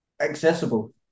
accessible